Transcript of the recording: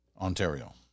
Ontario